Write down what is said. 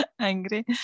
angry